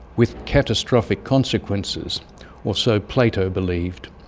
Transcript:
with catastrophic consequences or so plato believed.